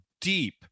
deep